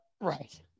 right